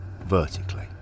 vertically